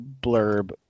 blurb